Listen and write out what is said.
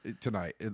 tonight